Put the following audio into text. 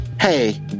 hey